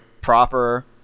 proper